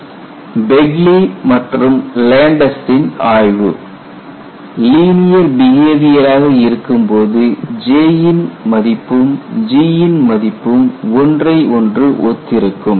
Refer Slide Time 3513 Work of Begley and Landes Begley மற்றும் லேண்டஸ்ஸின் ஆய்வு லீனியர் பிஹேவியராக இருக்கும்போது J ன் மதிப்பும் G ன் மதிப்பும் ஒன்றையொன்று ஒத்திருக்கும்